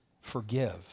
forgive